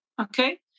Okay